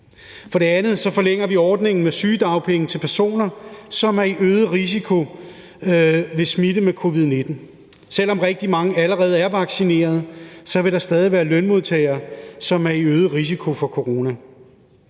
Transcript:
For det andet forlænger vi ordningen med sygedagpenge til personer, som er i øget risiko ved smitte med covid-19. Selv om rigtig mange allerede er vaccineret, vil der stadig være lønmodtagere, som er i øget risiko i forhold